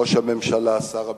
ראש הממשלה, שר הביטחון,